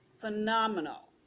phenomenal